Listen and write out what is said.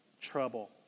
trouble